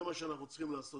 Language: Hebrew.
זה מה שאנחנו צריכים לעשות.